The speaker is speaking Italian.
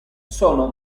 sono